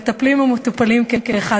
מטפלים ומטופלים כאחד.